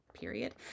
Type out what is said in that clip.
period